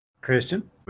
Christian